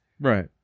Right